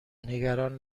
نگران